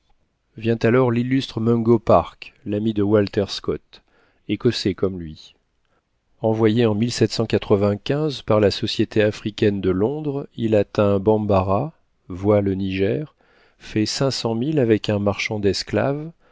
vient alors l'illustre mungo park l'ami de walter scott écossais comme lui envoyé en par la société africaine de londres il atteint bambarra voit le niger fait cinq cents milles avec un marchand d'esclaves